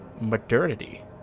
modernity